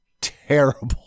terrible